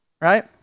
right